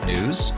News